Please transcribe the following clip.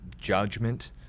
judgment